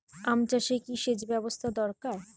আম চাষে কি সেচ ব্যবস্থা দরকার?